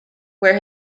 where